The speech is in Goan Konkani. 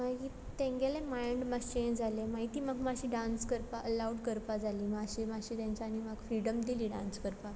मागीर तेंगेले मायंड मातशें हे जालें मागीर तीं म्हाक माश्शी डांस करपा अलावड करपा जालीं माश्शी माश्शी तेंच्यानी म्हाका फ्रिडम दिली डांस करपाक